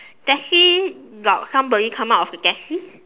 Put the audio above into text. taxi got somebody come out of the taxi